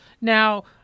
Now